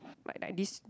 like like this